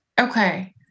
okay